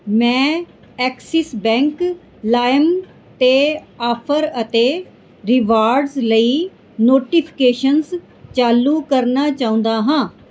ਮੈਂ Axis bank lime 'ਤੇ offer ਅਤੇ ਰਿਵਾਰਡਜ਼ ਲਈ ਨੋਟੀਫਿਕੇਸ਼ਨਸ ਚਾਲੂ ਕਰਨਾ ਚਾਹੁੰਦਾ ਹਾਂ